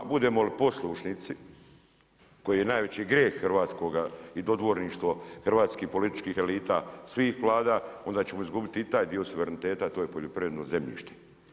Budemo li poslušnici, koji je najveći grijeh hrvatskoga i dodvorništvo hrvatskih političkih elita svih Vlada onda ćemo izgubiti i taj dio suvereniteta a to je poljoprivredno zemljište.